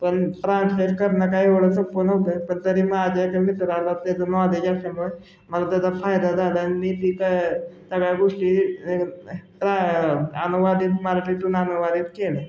पण ट्रान्सलेट करणं काय एवढं सोप नव्हतं पण तरी माझ्या जे मित्र आला त्याचं नॉलेज असल्यामुळे मला त्याचा फायदा झाला आणि मी तिथं सगळ्या गोष्टी ट्रा अनुवादित मराठीतून अनुवादित केले